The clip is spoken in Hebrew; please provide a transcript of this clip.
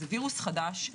זה וירוס חדש,